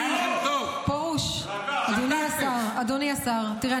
פרוש, אדוני השר --- פרוש, תירגע.